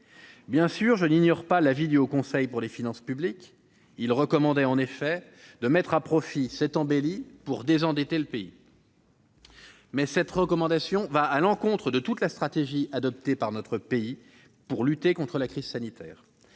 Bien sûr, je n'ignore pas l'avis du Haut Conseil des finances publiques, qui a recommandé de mettre à profit cette embellie pour désendetter le pays. Toutefois, cette recommandation va à l'encontre de toute la stratégie adoptée par la France pour lutter contre la crise sanitaire.